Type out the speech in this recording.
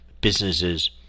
businesses